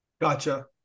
Gotcha